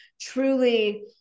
truly